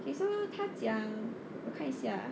okay so 她讲我看一下啊